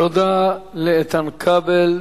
תודה לאיתן כבל,